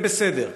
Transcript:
זה בסדר,